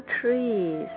trees